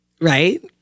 Right